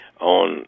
on